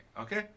Okay